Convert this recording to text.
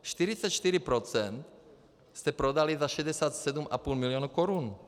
44 procent jste prodali za 67,5 milionu korun.